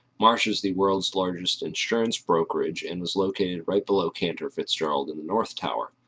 marsh is the world's largest insurance brokerage and was located right below cantor fitzgerald in the north tower.